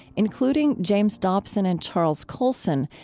including james dobson and charles colson,